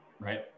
right